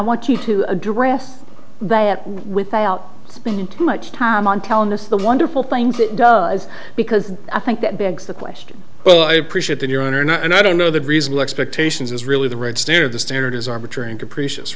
want you to address without spending too much time on telling us the wonderful things it does because i think that begs the question well i appreciate that your own or not and i don't know that reasonable expectations is really the right steer the standard is arbitrary and capricious